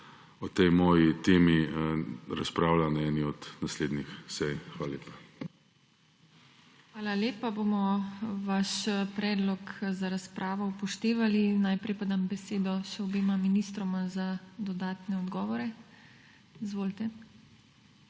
o tej moji temi razpravlja na eni od naslednjih sej. Hvala lepa. PODPREDSEDNICA TINA HEFERLE: Hvala lepa. Bomo vaš predlog za razpravo upoštevali. Najprej pa dam besedo še obema ministroma za dodatne odgovore. Izvolite.